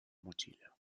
mochila